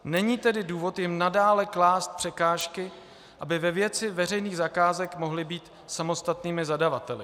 Není tedy důvod jim nadále klást překážky, aby ve věci veřejných zakázek mohly být samostatnými zadavateli.